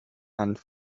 and